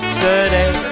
today